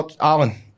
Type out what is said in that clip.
Alan